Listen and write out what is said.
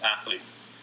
athletes